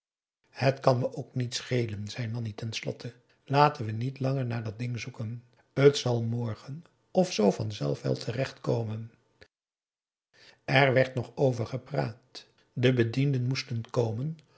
het kan me ook niet schelen zei nanni ten slotte laten we niet langer naar dat ding zoeken t zal morgen of zoo vanzelf wel terecht komen er werd nog over gepraat de bedienden moesten komen